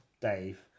Dave